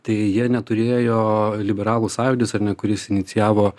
tai jie neturėjo liberalų sąjūdis ar ne kuris inicijavo